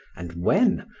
and when,